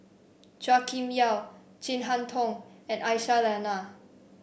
Chua Kim Yeow Chin Harn Tong and Aisyah Lyana